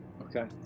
okay